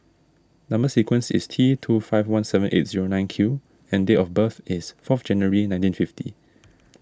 Number Sequence is T two five one seven eight zero nine Q and date of birth is four January nineteen fifty